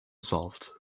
solved